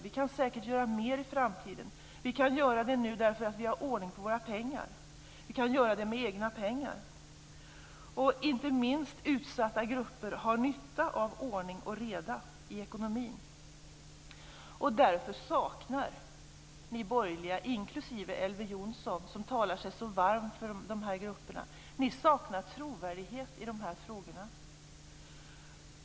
Vi kan säkert göra mer i framtiden. Vi kan göra det nu därför att vi har ordning på våra pengar. Vi kan göra det med egna pengar. Inte minst utsatta grupper har nytta av ordning och reda i ekonomin. Därför saknar ni borgerliga, inklusive Elver Jonsson som talar sig så varm för dessa grupper, trovärdighet i dessa frågor.